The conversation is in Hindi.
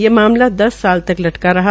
ये मामला दस साल तक लटका रहा